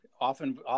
often